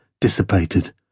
dissipated